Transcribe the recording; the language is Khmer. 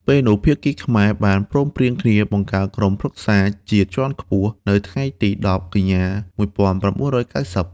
ពេលនោះភាគីខ្មែរបានព្រមព្រៀងគ្នាបង្កើតក្រុមប្រឹក្សាជាតិជាន់ខ្ពស់ នៅថ្ងៃទី១០ កញ្ញា ១៩៩០ ។